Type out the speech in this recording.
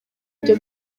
byo